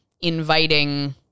inviting